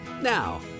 Now